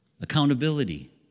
accountability